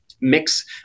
mix